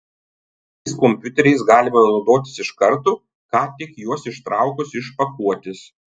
šiais kompiuteriais galima naudotis iš karto ką tik juos ištraukus iš pakuotės